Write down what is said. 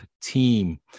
team